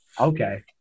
okay